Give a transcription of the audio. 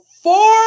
four